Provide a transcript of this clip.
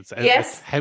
yes